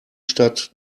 stadt